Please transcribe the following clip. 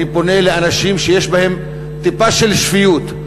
אני פונה לאנשים שיש בהם טיפה של שפיות,